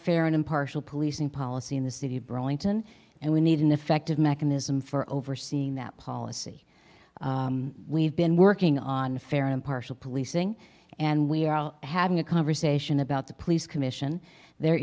and impartial policing policy in the city of burlington and we need an effective mechanism for overseeing that policy we've been working on fair impartial policing and we are having a conversation about the police commission there